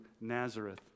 Nazareth